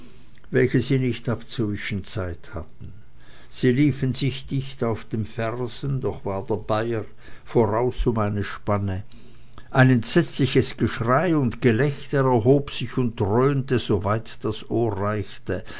welche sie nicht abzuwischen zeit hatten sie liefen sich dicht auf den fersen doch war der bayer voraus um eine spanne ein entsetzliches geschrei und gelächter erhob sich und dröhnte so weit das ohr reichte